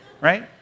right